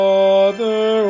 Father